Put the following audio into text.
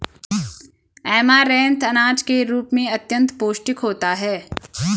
amaranth अनाज के रूप में अत्यंत पौष्टिक होता है